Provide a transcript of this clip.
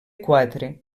quatre